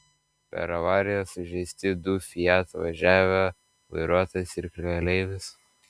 per avariją sužeisti du fiat važiavę vairuotojas ir keleivis